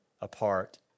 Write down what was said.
apart